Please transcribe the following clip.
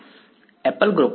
વિદ્યાર્થી apple group